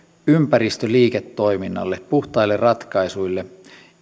ympäristöliiketoiminnalle puhtaille ratkaisuille